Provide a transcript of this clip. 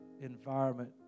environment